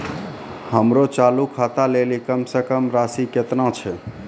हमरो चालू खाता लेली कम से कम राशि केतना छै?